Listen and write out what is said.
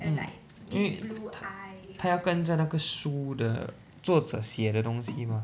mm 因为他他要跟着那个书的作者写的东西 mah